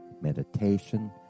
meditation